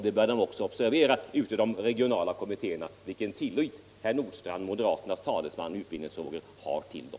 Man bör också ute i de regionala kommittéerna observera vilken tillit som moderaternas talesman på utbildningsområdet har till dem.